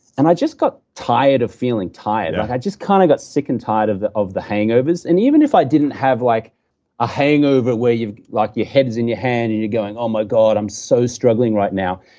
and i just got tired of feeling tired. i just kind of got sick and tired of the of the hangovers and even if i didn't have like a hangover where your like your head's in your hand and you're going, oh my god i'm so struggling right now,